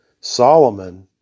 Solomon